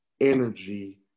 energy